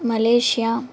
Malaysia